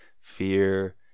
fear